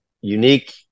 unique